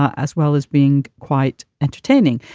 as well as being quite entertaining.